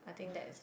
I think